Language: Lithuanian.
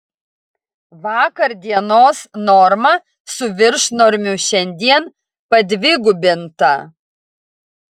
vakar dienos norma su viršnormiu šiandien padvigubinta